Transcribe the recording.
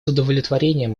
удовлетворением